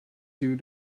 due